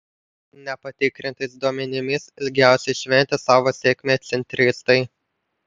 nepatikrintais duomenimis ilgiausiai šventė savo sėkmę centristai